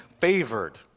favored